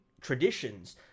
traditions